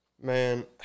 man